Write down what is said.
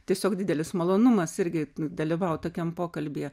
tiesiog didelis malonumas irgi dalyvaut tokiam pokalbyje